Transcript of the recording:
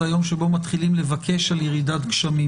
זה היום שבו מתחילים לבקש על ירידת גשמים